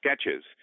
sketches